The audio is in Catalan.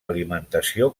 alimentació